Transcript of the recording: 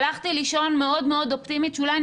הלכתי לישון מאוד מאוד אופטימית שאולי אני